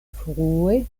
frue